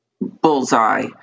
Bullseye